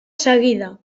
seguida